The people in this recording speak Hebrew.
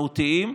מהותיים,